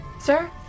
Sir